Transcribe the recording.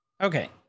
Okay